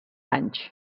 anys